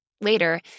Later